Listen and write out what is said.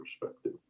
perspective